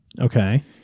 Okay